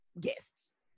guests